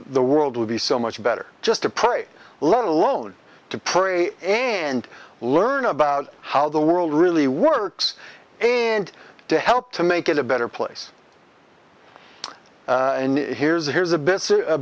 the world would be so much better just to pray let alone to pray and learn about how the world really works and to help to make it a better place here's a here's a